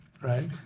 Right